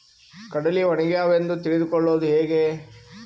ಕಡಲಿ ಒಣಗ್ಯಾವು ಎಂದು ತಿಳಿದು ಕೊಳ್ಳೋದು ಹೇಗೆ?